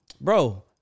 bro